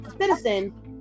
citizen